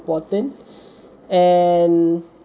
important and